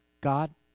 God